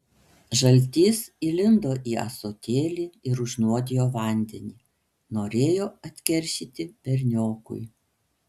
žaltys įlindo į ąsotėlį ir užnuodijo vandenį norėjo atkeršyti berniokui